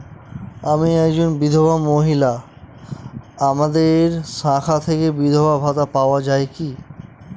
আমি একজন বিধবা মহিলা আপনাদের শাখা থেকে বিধবা ভাতা পাওয়া যায় কি?